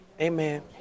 amen